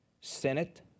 Senate